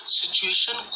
situation